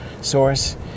source